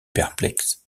perplexe